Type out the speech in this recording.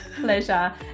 Pleasure